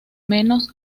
menos